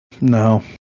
No